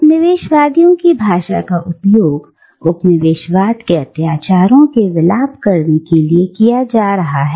उपनिवेशवादियों की भाषा का उपयोग उपनिवेशवाद के अत्याचारों के विलाप करने के लिए किया जा रहा है